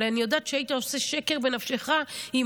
אבל אני יודעת שהיית עושה שקר בנפשך אם